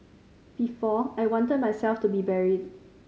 before I wanted myself to be buried